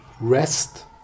rest